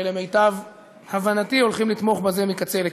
שלמיטב הבנתי הולכים לתמוך בזה מקצה לקצה.